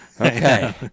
Okay